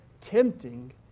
tempting